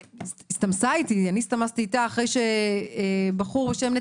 הסתמסנו, אחרי שבחור בשם נ'